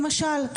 למשל,